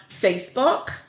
Facebook